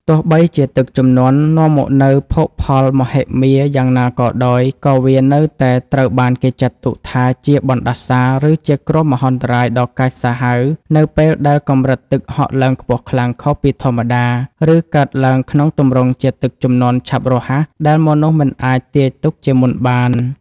ទោះបីជាទឹកជំនន់នាំមកនូវភោគផលមហិមាយ៉ាងណាក៏ដោយ ក៏វានៅតែត្រូវបានគេចាត់ទុកថាជា បណ្ដាសា ឬជាគ្រោះមហន្តរាយដ៏កាចសាហាវ នៅពេលដែលកម្រិតទឹកហក់ឡើងខ្ពស់ខ្លាំងខុសពីធម្មតា ឬកើតឡើងក្នុងទម្រង់ជាទឹកជំនន់ឆាប់រហ័សដែលមនុស្សមិនអាចទាយទុកជាមុនបាន។